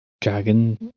Dragon